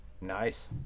Nice